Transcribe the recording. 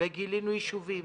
וגילינו יישובים